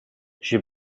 j’ai